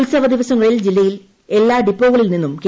ഉത്സവദിവസങ്ങളിൽ ജില്ലയിലെ എല്ലാ ഡിപ്പോകളിൽ നിന്നും കെ